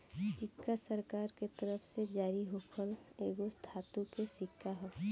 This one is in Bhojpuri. सिक्का सरकार के तरफ से जारी होखल एगो धातु के सिक्का ह